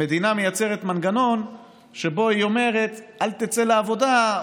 המדינה מייצרת מנגנון שבו היא אומרת: אל תצא לעבודה,